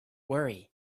worry